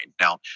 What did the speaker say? Now